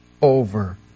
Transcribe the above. Over